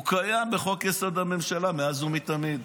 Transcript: הוא קיים בחוק-יסוד: הממשלה מאז ומתמיד.